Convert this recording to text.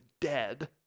dead